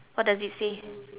what does it say